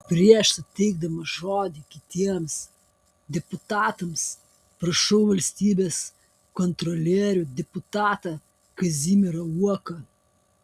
prieš suteikdamas žodį kitiems deputatams prašau valstybės kontrolierių deputatą kazimierą uoką